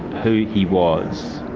who he was